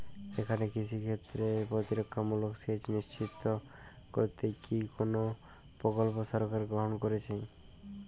এখানে কৃষিক্ষেত্রে প্রতিরক্ষামূলক সেচ নিশ্চিত করতে কি কোনো প্রকল্প সরকার গ্রহন করেছে?